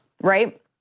Right